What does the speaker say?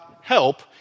help